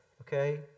Okay